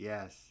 Yes